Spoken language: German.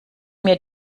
mir